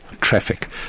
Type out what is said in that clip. traffic